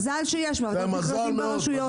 מזל שיש ועדת מכרזים ברשויות.